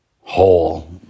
Whole